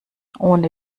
ohne